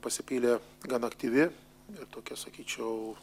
pasipylė gan aktyvi ir tokia sakyčiau